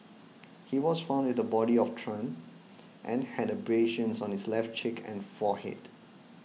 he was found with the body of Tran and had abrasions on his left cheek and forehead